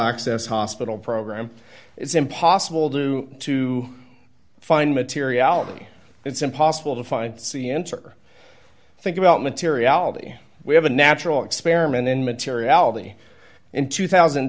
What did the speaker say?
access hospital program it's impossible due to find materiality it's impossible to find c enter think about materiality we have a natural experiment in materiality in two thousand